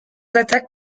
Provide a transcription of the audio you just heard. attaques